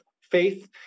faith